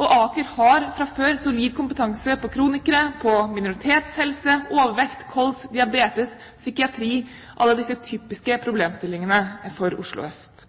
og Aker har fra før solid kompetanse når det gjelder kronikere, minoritetshelse, overvekt, kols, diabetes, psykiatri – alle disse typiske problemstillingene for Oslo øst.